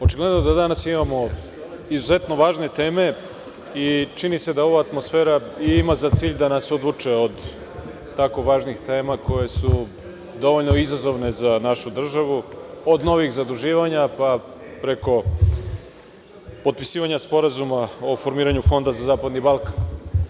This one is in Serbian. Očigledno da danas imamo izuzetno važne teme i čini se da ova atmosfera i ima za cilj da nas odvuče od tako važnih tema koje su dovoljno izazovne za našu državu, od novih zaduživanja, pa preko potpisivanja Sporazuma o formiranju Fonda za zapadni Balkan.